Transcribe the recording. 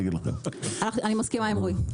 אני מסכימה עם רועי.